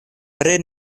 pri